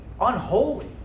unholy